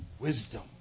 wisdom